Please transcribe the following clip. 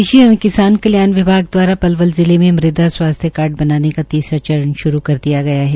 कृषि एवं किसान कल्याण विभाग दवारा पलवल जिले में मृदा सबासथ्य कार्डबनाने का तीसरा चरण श्रू कर दिया गया है